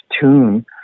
tune